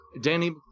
danny